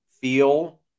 feel